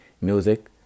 Music